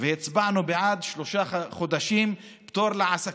והצבענו בעד שלושה חודשים פטור לעסקים,